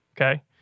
okay